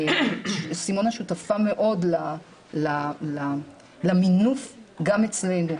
סימונה שותפה מאוד למינוף גם אצלנו,